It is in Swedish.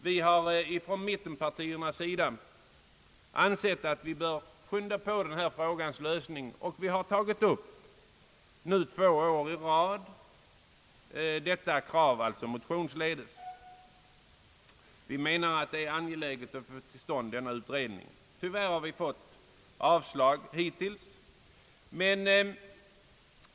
Vi har från mittenpartiernas sida ansett att vi bör skynda på lösningen av den här frågan, och vi har nu två år i rad tagit upp detta krav motionsledes. Vi anser att det är angeläget att få till stånd en utredning. Tyvärr har vi hittills fått avslag på vårt förslag.